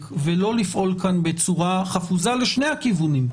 ולא לפעול בצורה חפוזה לשני הכיוונים.